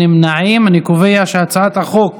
להעביר את הצעת חוק